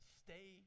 stay